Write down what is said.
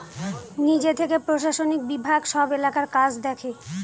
নিজে থেকে প্রশাসনিক বিভাগ সব এলাকার কাজ দেখে